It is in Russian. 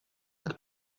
как